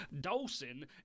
Dawson